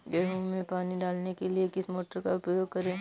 गेहूँ में पानी डालने के लिए किस मोटर का उपयोग करें?